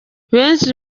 benshi